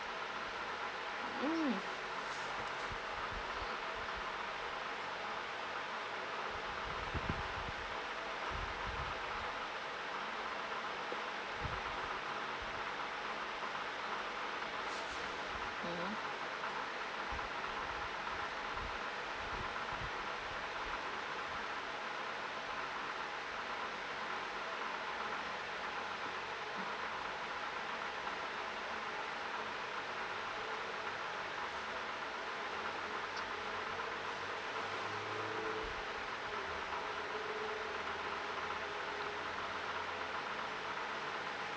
mm mm